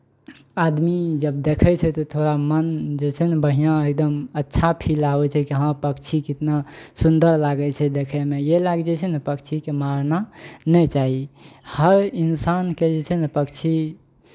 आदमी जब देखै छै तऽ थोड़ा मन जे छै ने बढ़िआँ एकदम अच्छा फील आबै छै कि हँ पक्षी कितना सुन्दर लागै छै देखैमे इएह लागी जे छै ने पक्षीकेँ मारना नहि चाही हर इन्सानकेँ जे छै ने पक्षी